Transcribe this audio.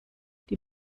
die